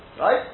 Right